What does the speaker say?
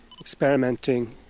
experimenting